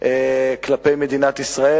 כלפי מדינת ישראל.